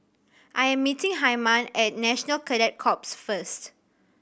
I am meeting Hyman at National Cadet Corps first